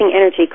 energy